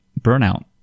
burnout